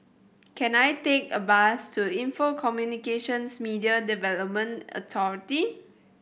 can I take a bus to Info Communications Media Development Authority